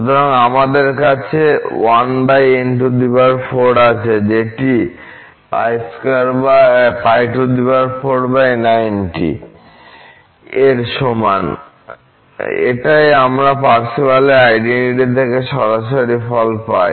সুতরাং আমাদের কাছে 1n4 আছে যেটি 490 এর সমান এটাই আমরা পার্সেভালের আইডেন্টিটি থেকে সরাসরি ফলাফল পাই